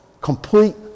complete